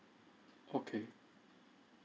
okay